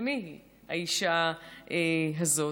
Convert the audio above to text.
ומי היא האישה הזאת?